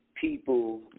people